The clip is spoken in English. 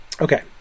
Okay